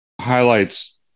highlights